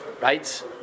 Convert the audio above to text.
right